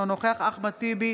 אינו נוכח אחמד טיבי,